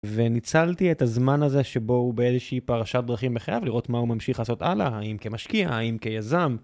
וניצלתי את הזמן הזה שבו הוא באיזושהי פרשת דרכים בחייו לראות מה הוא ממשיך לעשות הלאה, האם כמשקיע, האם כיזם.